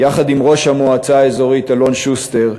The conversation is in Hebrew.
יחד עם ראש המועצה האזורית אלון שוסטר,